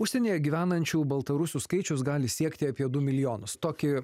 užsienyje gyvenančių baltarusių skaičius gali siekti apie du milijonus tokį